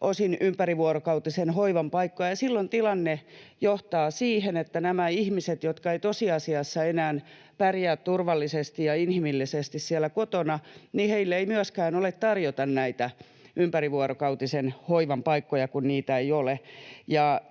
osin ympärivuorokautisen hoivan paikkoja. Silloin tilanne johtaa siihen, että näille ihmisille, jotka eivät tosiasiassa enää pärjää turvallisesti ja inhimillisesti siellä kotona, ei myöskään ole tarjota näitä ympärivuorokautisen hoivan paikkoja, kun niitä ei ole.